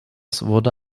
wurde